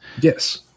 Yes